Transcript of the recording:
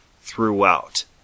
throughout